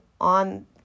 on